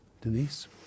Denise